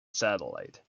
satellite